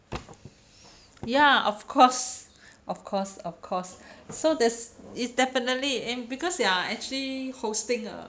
ya of course of course of course so this it's definitely uh because they are actually hosting a